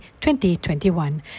2021